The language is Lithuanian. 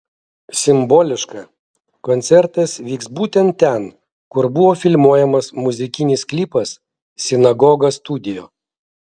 simboliška koncertas vyks būtent ten kur buvo filmuojamas muzikinis klipas sinagoga studio